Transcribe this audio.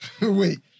wait